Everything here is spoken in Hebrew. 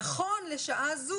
נכון לשעה זאת,